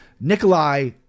Nikolai